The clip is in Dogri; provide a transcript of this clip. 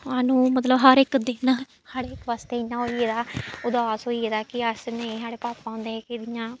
सानूं मतलब हर इक दिन साढ़े बास्तै इ'यां होई गेदा ऐ उदास होई गेदा ऐ कि अस नेईं साढ़े पापा होंदे हे इ'यां